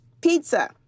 Pizza